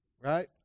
right